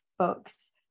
Books